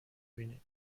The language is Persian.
بینید